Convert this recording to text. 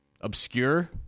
obscure